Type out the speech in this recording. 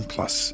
Plus